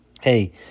Hey